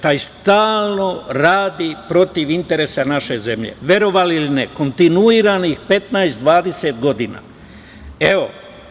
Taj stalno radi protiv interesa naše zemlje, verovali ili ne, kontinuiranih 15, 20 godina.